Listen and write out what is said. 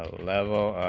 level,